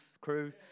crew